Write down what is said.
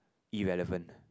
irrelevant